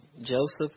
Joseph